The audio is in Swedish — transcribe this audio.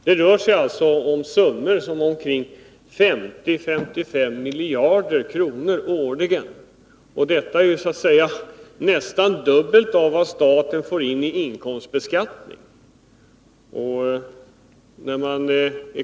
Det rör sig alltså om summor på 50-55 miljarder årligen. Det är nästan dubbelt så mycket som staten får in i inkomstskatt.